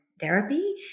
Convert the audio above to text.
therapy